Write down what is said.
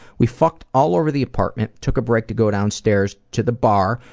we fucked all over the apartment, took a break to go downstairs to the bar,